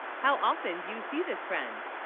how often do you see this friend